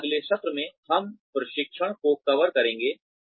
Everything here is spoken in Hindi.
और अगले सत्र में हम प्रशिक्षण को कवर करेंगे